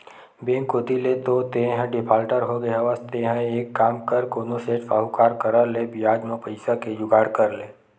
bank कोती ले तो तेंहा डिफाल्टर होगे हवस तेंहा एक काम कर कोनो सेठ, साहुकार करा ले बियाज म पइसा के जुगाड़ कर